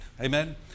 Amen